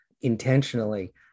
intentionally